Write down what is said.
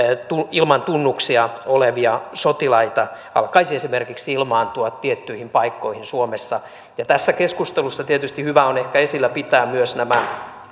ilman tunnuksia olevia sotilaita esimerkiksi alkaisi ilmaantua tiettyihin paikkoihin suomessa tässä keskustelussa tietysti hyvä on ehkä esillä pitää myös nämä